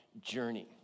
journey